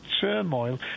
turmoil